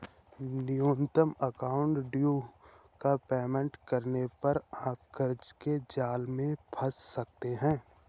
minimum amount due का payment करने पर आप कर्ज के जाल में फंस सकते हैं